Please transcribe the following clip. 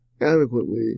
adequately